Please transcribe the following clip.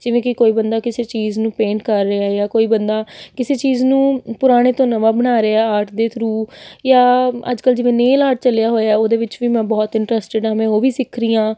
ਜਿਵੇਂ ਕਿ ਕੋਈ ਬੰਦਾ ਕਿਸੇ ਚੀਜ਼ ਨੂੰ ਪੇਂਟ ਕਰ ਰਿਹਾ ਹੈ ਜਾਂ ਕੋਈ ਬੰਦਾ ਕਿਸੇ ਚੀਜ਼ ਨੂੰ ਪੁਰਾਣੇ ਤੋਂ ਨਵਾਂ ਬਣਾ ਰਿਹਾ ਆਰਟ ਦੇ ਥਰੂ ਜਾਂ ਅੱਜ ਕੱਲ੍ਹ ਜਿਵੇਂ ਨੇਲ ਆਰਟ ਚੱਲਿਆ ਹੋਇਆ ਉਹਦੇ ਵਿੱਚ ਵੀ ਮੈਂ ਬਹੁਤ ਇੰਟਰਸਟਿਡ ਹਾਂ ਮੈਂ ਉਹ ਵੀ ਸਿੱਖ ਰਹੀ ਹਾਂ